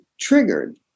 triggered